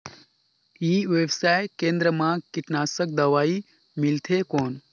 ई व्यवसाय केंद्र मा कीटनाशक दवाई मिलथे कौन?